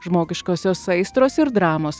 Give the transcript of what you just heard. žmogiškosios aistros ir dramos